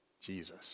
Jesus